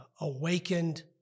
awakened